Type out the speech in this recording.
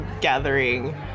gathering